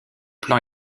plan